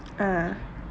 ah